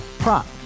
Prop